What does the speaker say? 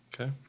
Okay